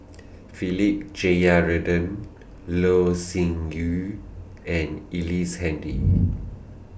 Philip Jeyaretnam Loh Sin Yun and Ellice Handy